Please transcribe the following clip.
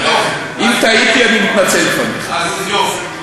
אם טעיתי, אני, אז יופי.